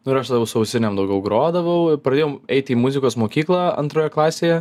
nu ir aš jau su ausinėm daugiau grodavau pradėjom eit į muzikos mokyklą antroje klasėje